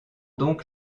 donc